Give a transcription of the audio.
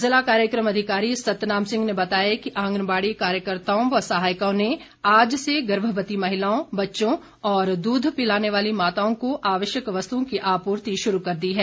जिला कार्यक्रम अधिकारी सतनाम सिंह ने बताया कि आंगनबाड़ी कार्यकर्ताओं व सहायिकाओं ने आज से गर्भवती महिलाओं बच्चों और दूध पिलाने वाली माताओं को आवश्यक वस्तुओं की आपूर्ति शुरू कर दी है